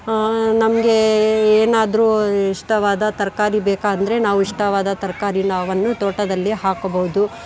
ನಮಗೆ ಏನಾದ್ರೂ ಇಷ್ಟವಾದ ತರಕಾರಿ ಬೇಕಂದರೆ ನಾವು ಇಷ್ಟವಾದ ತರಕಾರಿನಾವನ್ನು ತೋಟದಲ್ಲಿ ಹಾಕಬೌದು